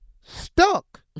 stuck